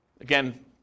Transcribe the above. Again